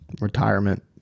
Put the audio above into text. retirement